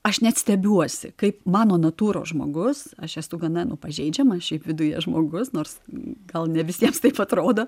aš net stebiuosi kaip mano natūros žmogus aš esu gana pažeidžiama šiaip viduje žmogus nors gal ne visiems taip atrodo